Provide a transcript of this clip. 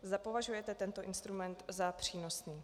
Zda považujete tento instrument za přínosný.